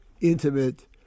intimate